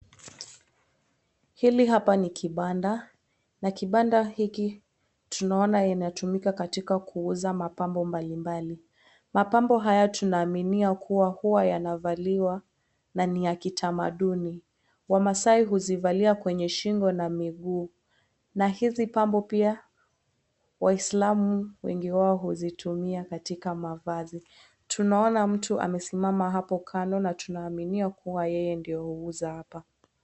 Hili hapa ni kibanda na kibanda hiki tunaona inatumika katika kuuza mapambo mbalimbali . Mapambo haya tunaaminia kwamba huwa yanavaliwa na ni ya kitamaduni . Wamaasai huzivalia kwenye shingo na miguu . Na hizi pambo pia waisalmu wengi wao huzitumia katika mavazi . Tunaona mtu amesimama hapo kando na tunaaminia yeye ndiye huuza hapa.